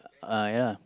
uh ya